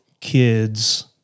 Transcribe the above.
kids